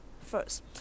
first